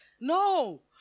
No